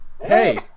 Hey